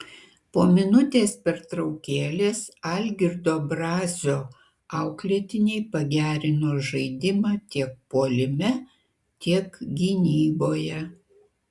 po minutės pertraukėlės algirdo brazio auklėtiniai pagerino žaidimą tiek puolime tiek gynyboje